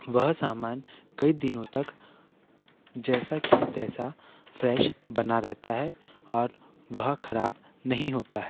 वह सामान कई दिनों तक जैसा कि तैसा फ्रेश बना रहता है और वह खराब नहीं होता है